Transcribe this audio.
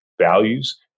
values